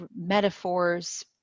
metaphors